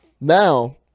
Now